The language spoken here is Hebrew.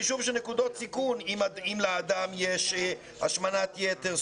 חישוב של נקודות סיכון אם לאדם יש השמנת יתר,